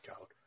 out